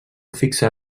fixar